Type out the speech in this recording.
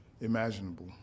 Imaginable